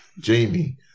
Jamie